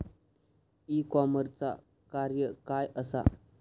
E कॉमर्सचा कार्य काय असा?